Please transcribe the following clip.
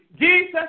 Jesus